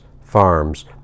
farms